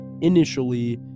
Initially